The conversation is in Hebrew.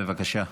בבקשה.